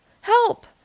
Help